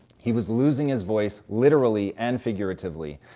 he was losing his voice literally, and figuratively.